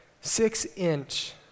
Six-inch